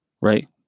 Right